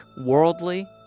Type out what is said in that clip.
worldly